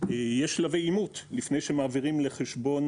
יש שלבי אימות כאשר לפני שמעבירים לחשבון